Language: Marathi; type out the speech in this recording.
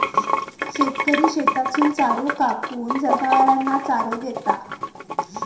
शेतकरी शेतातसून चारो कापून, जनावरांना चारो देता